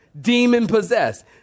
demon-possessed